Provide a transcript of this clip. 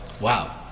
Wow